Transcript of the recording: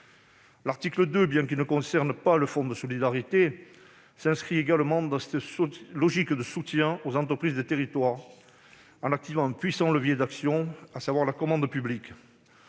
L'article 2, bien qu'il ne concerne pas le fonds de solidarité, s'inscrit également dans cette logique de soutien aux entreprises des territoires, en activant un puissant levier d'action, à savoir la commande publique.